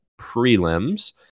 prelims